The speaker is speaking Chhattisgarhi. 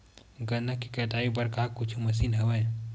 गन्ना के कटाई बर का कुछु मशीन हवय?